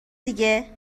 دیگه